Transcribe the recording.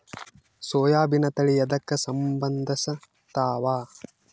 ಸೋಯಾಬಿನ ತಳಿ ಎದಕ ಸಂಭಂದಸತ್ತಾವ?